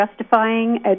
justifying